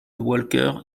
walker